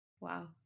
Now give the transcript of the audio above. wow